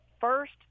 first